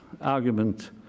argument